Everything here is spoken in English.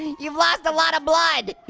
you've lost a lot of blood.